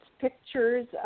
pictures